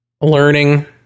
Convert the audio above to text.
learning